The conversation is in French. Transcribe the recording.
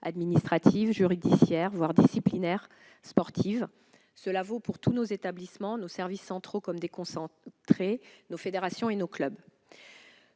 administratives, judiciaires, voire disciplinaires sportives. Cela vaut pour tous nos établissements, nos services centraux comme déconcentrés, nos fédérations et nos clubs.